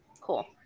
Cool